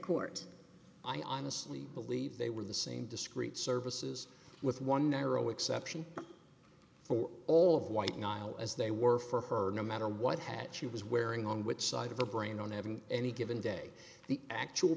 court i honestly believe they were the same discrete services with one narrow exception for all white nile as they were for her no matter what had she was wearing on which side of her brain on having any given day the actual